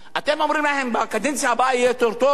אתם אומרים להם: בקדנציה הבאה יהיה יותר טוב?